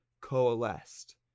coalesced